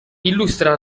illustra